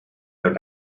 have